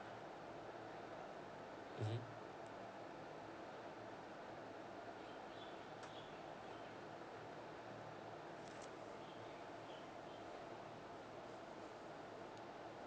mmhmm